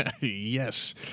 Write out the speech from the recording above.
Yes